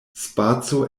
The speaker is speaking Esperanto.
spaco